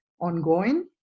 ongoing